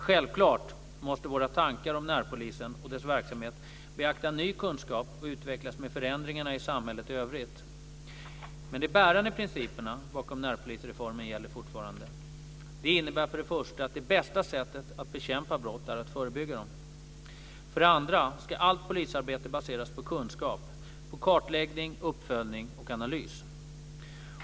Självklart måste våra tankar om närpolisen och dess verksamhet beakta ny kunskap och utvecklas med förändringarna i samhället i övrigt. Men de bärande principerna bakom närpolisreformen gäller fortfarande. De innebär för det första att det bästa sättet att bekämpa brotten är att förebygga dem. För det andra ska allt polisarbete baseras på kunskap - på kartläggning, uppföljning och analys.